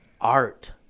art